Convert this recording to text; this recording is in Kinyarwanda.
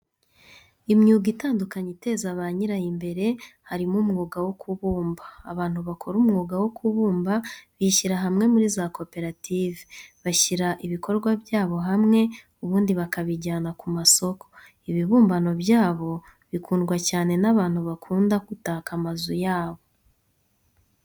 Imyuga itandukanye iteza ba nyirayo imbere, harimo umwuga wo kubumba, abantu bakora umwuga wo kubumba bishyira hamwe muri za koperative, bashyira ibikorwa byabo hamwe ubundi bakabijyana ku masoko. Ibibumbano byabo bikundwa cyane n'abantu bakunda gutaka amazu yabo.